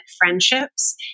friendships